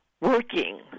working